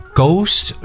ghost